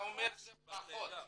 אתה אומר שזה פחות.